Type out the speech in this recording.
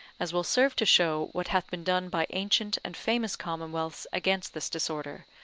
as will serve to show what hath been done by ancient and famous commonwealths against this disorder,